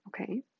Okay